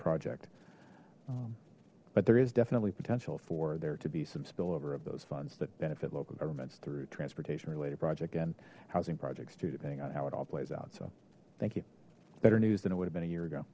project but there is definitely potential for there to be some spillover of those funds that benefit local governments through transportation related project and housing projects to depending on how it all plays out so thank you better news than it would have been a year ago